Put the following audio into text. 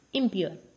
impure